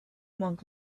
monk